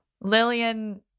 Lillian